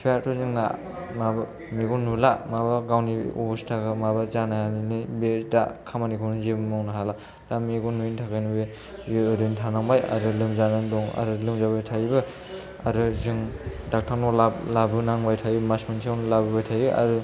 बिफायाथ' जोंना माबा मेगन नुला माबा गावनि अबस्था माबा जानानैनो बि दा खामानिखौनो जेबो मावनो हाला दा मेगन नुयि थाखायनो बे ओरैनो थानांबाय आरो लोमजानानै दं आरो लोमजाबाय थायोबो आरो जों डाक्टार नाव लाबो लाबोनांबाय थायो मास मोनसेयावनो लाबोबाय थायो